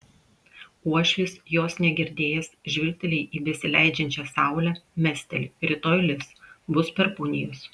uošvis jos negirdėjęs žvilgteli į besileidžiančią saulę mesteli rytoj lis bus perkūnijos